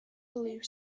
blue